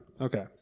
Okay